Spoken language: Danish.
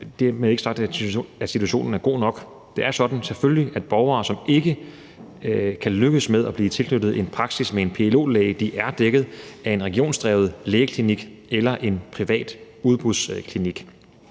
men dermed ikke sagt, at situationen er god nok. Det er selvfølgelig sådan, at borgere, som ikke kan lykkes med at blive tilknyttet en praksis med en PLO-læge, er dækket af en regionsdrevet lægeklinik eller en privat, udbudsdrevet